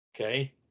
Okay